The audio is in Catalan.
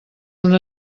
una